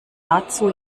dazu